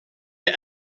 the